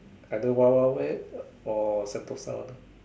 either Wild Wild Wet or Sentosa lah